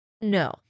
no